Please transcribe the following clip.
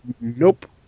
Nope